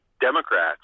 Democrats